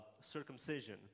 circumcision